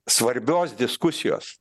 svarbios diskusijos